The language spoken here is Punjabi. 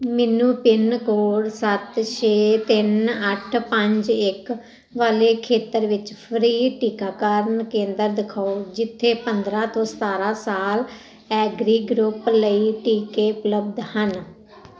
ਮੈਨੂੰ ਪਿੰਨ ਕੋਡ ਸੱਤ ਛੇ ਤਿੰਨ ਅੱਠ ਪੰਜ ਇੱਕ ਵਾਲੇ ਖੇਤਰ ਵਿੱਚ ਫ੍ਰੀ ਟੀਕਾਕਾਰਨ ਕੇਂਦਰ ਦਿਖਾਓ ਜਿੱਥੇ ਪੰਦਰਾਂ ਤੋਂ ਸਤਾਰਾਂ ਸਾਲ ਐਗਰੀ ਗਰੁੱਪ ਲਈ ਟੀਕੇ ਉਪਲੱਬਧ ਹਨ